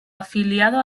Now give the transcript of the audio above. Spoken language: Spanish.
afiliado